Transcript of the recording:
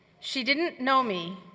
she didn't know me,